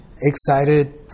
excited